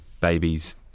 babies